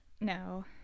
No